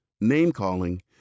name-calling